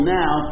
now